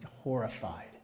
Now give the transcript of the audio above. horrified